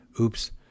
oops